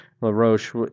LaRoche